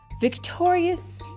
victorious